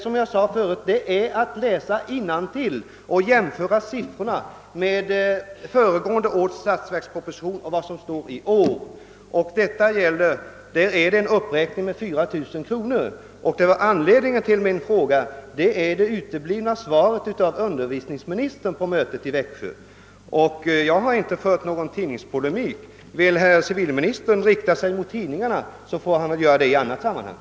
Som jag sade tidigare är det bara att läsa innantill och jämföra siffrorna i årets statsverksproposition med siffrorna i föregående års statsverksproposition. Man finner då att det är fråga om en uppräkning med 4 000 kronor. Anledningen till min fråga är det uteblivna svaret av utbildningsministern på mötet i Växjö. Jag har inte fört någon tidningspolemik. Om civilministern vill rikta angrepp mot tidningarna får han göra det i annat sammanhang.